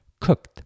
cooked